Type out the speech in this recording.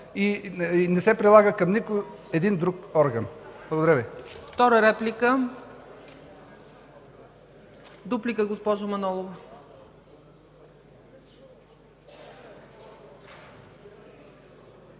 и не се прилага към нито един друг орган. Благодаря Ви.